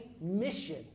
mission